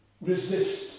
resist